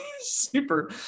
super